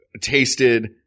tasted